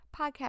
podcast